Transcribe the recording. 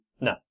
No